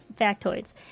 factoids